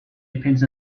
depends